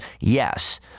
yes